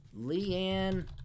Leanne